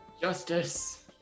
Justice